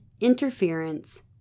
interference